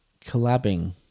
collabing